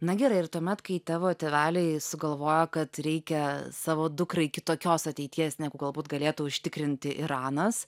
na gerai ir tuomet kai tavo tėveliai sugalvojo kad reikia savo dukrai kitokios ateities negu galbūt galėtų užtikrinti iranas